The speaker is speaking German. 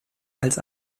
als